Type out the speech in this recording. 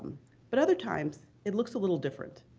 but other times it looks a little different.